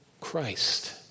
Christ